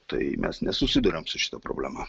tai mes nesusiduriam su šita problema